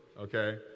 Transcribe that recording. okay